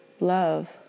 Love